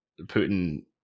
Putin